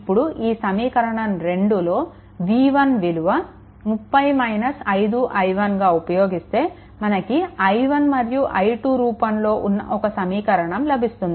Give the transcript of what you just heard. ఇప్పుడు ఈ సమీకరణం 2 లో v1 విలువ 30 - 5i1గా ఉపయోగిస్తే మనకు i1 మరియు i2 రూపంలో ఉన్న ఒక సమీకరణం లభిస్తుంది